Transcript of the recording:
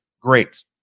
great